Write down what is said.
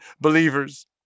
believers